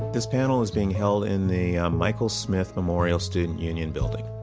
this panel is being held in the um michael smith memorial student union building.